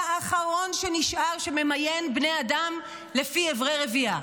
האחרון שנשאר, שממיין בני אדם לפי אברי רבייה.